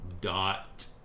dot